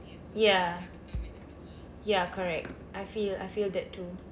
ya ya correct I feel I feel that too